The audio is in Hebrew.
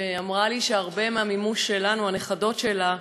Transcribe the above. שאמרה לי שהרבה מהמימוש שלנו, הנכדות שלה,